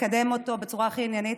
ולקדם אותו בצורה הכי עניינית.